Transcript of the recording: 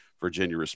Virginia